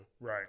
Right